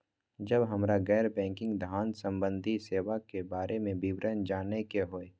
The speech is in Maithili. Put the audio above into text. जब हमरा गैर बैंकिंग धान संबंधी सेवा के बारे में विवरण जानय के होय?